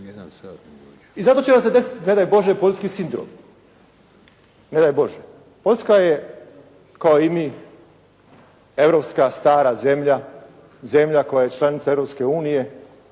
I zato će nam se desiti ne daj Bože poljski sindrom, ne daj Bože. Poljska je kao i mi europska stara zemlja, zemlja koja je članica Europske unije